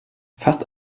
fast